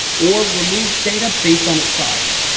or remove data based on its size,